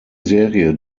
serie